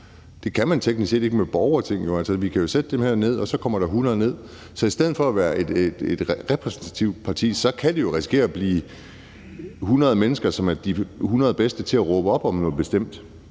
Det kan man teknisk set ikke med dem, der sidder i et borgerting, jo, altså vi kan jo nedsætte dem her, og så kommer der 100 mennesker. Så i stedet for at være et repræsentativt demokrati, kan det jo risikere at blive 100 mennesker, som er de 100 bedste til at råbe op om noget bestemt,